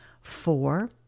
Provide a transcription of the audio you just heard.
Four